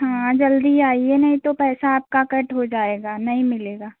हाँ जल्दी आइए नहीं तो पैसा आपका कट हो जाएगा नहीं मिलेगा